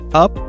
up